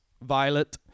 Violet